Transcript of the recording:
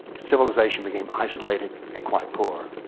civilization became isolated and quite poor.